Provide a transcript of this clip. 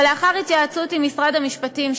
אבל לאחר התייעצות עם משרד המשפטים,